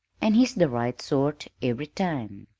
and he's the right sort every time.